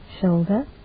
shoulder